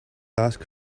ask